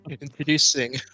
introducing